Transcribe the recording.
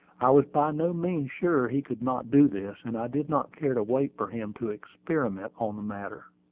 i was by no means sure he could not do this and i did not care to wait for him to experiment on the matter.